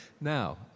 Now